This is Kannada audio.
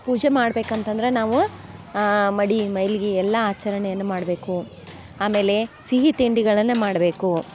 ಪೂಜೆ ಮಾಡ್ಬೇಕು ಅಂತಂದ್ರೆ ನಾವು ಮಡಿ ಮೈಲ್ಗೆ ಎಲ್ಲ ಆಚರಣೆಯನ್ನು ಮಾಡಬೇಕು ಆಮೇಲೆ ಸಿಹಿ ತಿಂಡಿಗಳನ್ನು ಮಾಡಬೇಕು